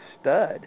stud